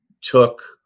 took